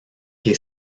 que